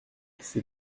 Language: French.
ces